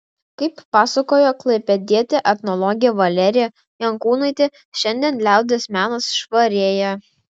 kaip pasakojo klaipėdietė etnologė valerija jankūnaitė šiandien liaudies menas švarėja